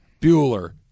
Bueller